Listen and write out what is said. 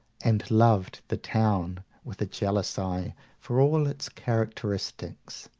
and loved the town, with a jealous eye for all its characteristics,